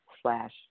slash